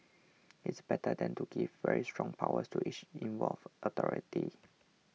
it's better than to give very strong powers to each involved authority